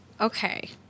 Okay